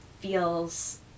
feels